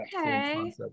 okay